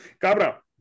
Cabra